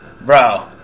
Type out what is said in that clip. Bro